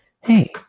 hey